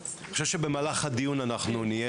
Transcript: אני חושב שבמהלך הדיון אנחנו נהיה